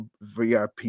VIP